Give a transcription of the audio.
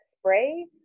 spray